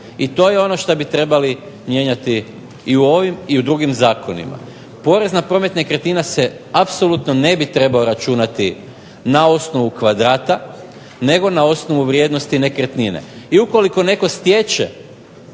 i to je ono što bi trebali mijenjati i u ovim i u drugim zakonima. Porez na promet nekretnina se apsolutno ne bi trebao računati na osnovu kvadrata, nego na osnovu vrijednosti nekretnine i ukoliko netko stječe